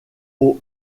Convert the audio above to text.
aux